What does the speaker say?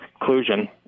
conclusion